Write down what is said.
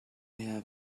have